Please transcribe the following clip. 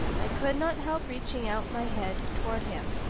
i could not help reaching out my head toward him.